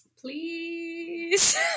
please